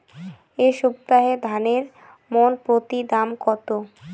এই সপ্তাহে ধানের মন প্রতি দাম কত?